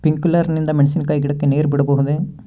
Sprinkler ನಿಂದ ಮೆಣಸಿನಕಾಯಿ ಗಿಡಕ್ಕೆ ನೇರು ಬಿಡಬಹುದೆ?